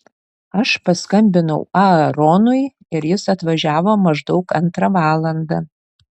aš paskambinau aaronui ir jis atvažiavo maždaug antrą valandą